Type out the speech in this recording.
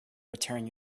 return